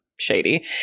Shady